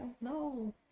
No